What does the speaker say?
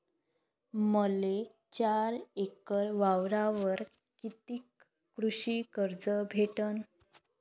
मले चार एकर वावरावर कितीक कृषी कर्ज भेटन?